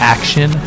Action